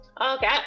Okay